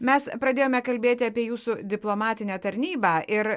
mes pradėjome kalbėti apie jūsų diplomatinę tarnybą ir